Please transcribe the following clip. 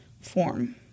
form